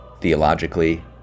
theologically